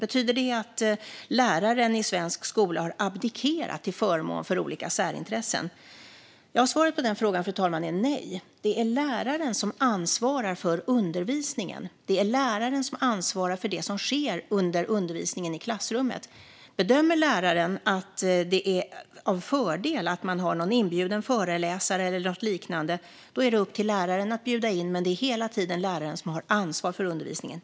Betyder det att lärare i svensk skola har abdikerat till förmån för olika särintressen? Svaret på den frågan, fru talman, är nej. Det är läraren som ansvarar för undervisningen. Det är läraren som ansvarar för det som sker under undervisningen i klassrummet. Om läraren bedömer att det är en fördel att man har en inbjuden föreläsare eller liknande är det upp till läraren att bjuda in, men det är hela tiden läraren som har ansvar för undervisningen.